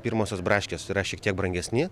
pirmosios braškės yra šiek tiek brangesni